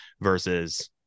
versus